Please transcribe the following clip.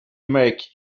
make